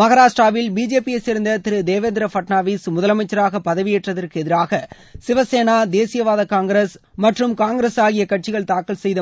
மகாராஷ்டிராவில் பிஜேபியை சேர்ந்த திரு தேவேந்திர பட்னாவிஸ் முதலமைச்சராக பதவியேற்றதற்கு எதிராக சிவசேனா தேசியவாத காங்கிரஸ் மற்றம் காங்கிரஸ் ஆகிய கட்சிகள் தாக்கல் செய்த